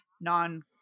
non